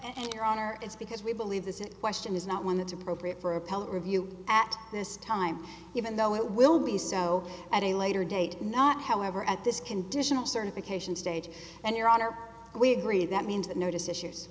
and your honor is because we believe this in question is not one that's appropriate for appellate review at this time even though it will be so at a later date not however at this conditional certification stage and your honor we agree that means that notice issues